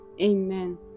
Amen